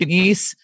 East